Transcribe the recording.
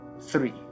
Three